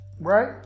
right